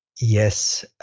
Yes